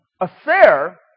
affair